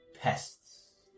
Pests